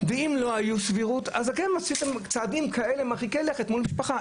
ואם לא היה סבירות אז אתם עשיתם צעדים כאלה מרחיקי לכת מול משפחה.